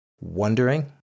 Wondering